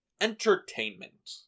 entertainment